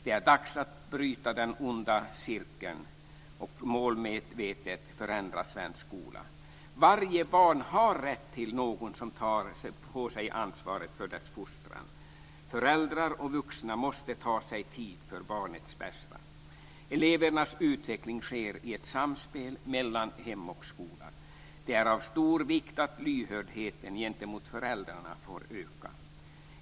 Det är dags att bryta den onda cirkeln och målmedvetet förändra svensk skola. Varje barn har rätt till någon som tar på sig ansvaret för dess fostran. Föräldrar och vuxna måste ta sig tid för barnets bästa. Elevernas utveckling sker i ett samspel mellan hem och skola. Det är av stor vikt att lyhördheten gentemot föräldrarna får öka.